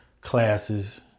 classes